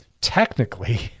technically